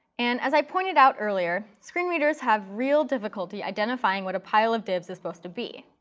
and as i pointed out earlier, screen readers have real difficulty identifying what a pile of divs is supposed to be.